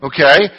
Okay